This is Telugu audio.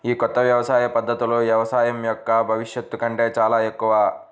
ఈ కొత్త వ్యవసాయ పద్ధతులు వ్యవసాయం యొక్క భవిష్యత్తు కంటే చాలా ఎక్కువ